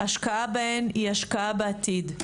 השקעה בהן היא השקעה בעתיד.